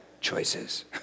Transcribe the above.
choices